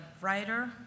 writer